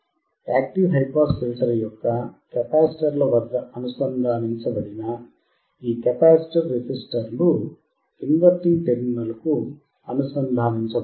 active high pass filter యొక్క కెపాసిటర్ల వద్ద అనుసంధానించబడిన ఈ కెపాసిటర్ రెసిస్టర్ లు ఇన్వర్టింగ్ టెర్మినల్కు అనుసంధానించబడి ఉన్నాయి